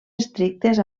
escrites